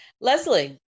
Leslie